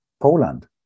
Poland